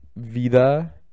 Vida